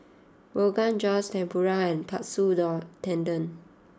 Rogan Josh Tempura Katsu Tendon